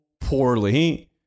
poorly